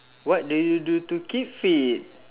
what do you do to keep fit